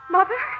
Mother